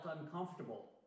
uncomfortable